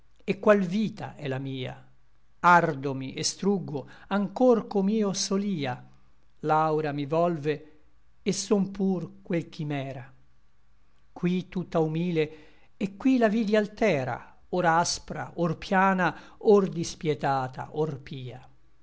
et qual vita è la mia ardomi et struggo anchor com'io solia l'aura mi volve et son pur quel ch'i'm'era qui tutta humile et qui la vidi altera or aspra or piana or dispietata or pia